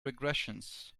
regressions